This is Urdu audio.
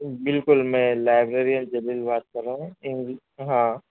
بالکل میں لائبریرین جمیل بات کر رہا ہوں ہاں